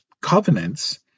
covenants